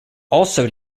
also